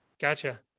Gotcha